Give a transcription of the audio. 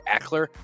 Eckler